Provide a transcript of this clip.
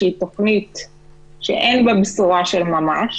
שהיא תוכנית שאין בה בשורה של ממש